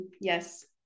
yes